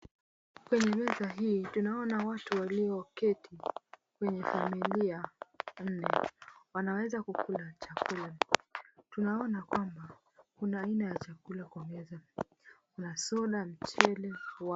Kwenye meza hii tunaona watu walioketi wenye familia wanaweza kukula chakula tunaona kwamba kuna aina ya chakula kuna soda na mchele wa...